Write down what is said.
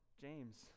James